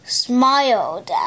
smiled